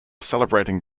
celebrating